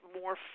more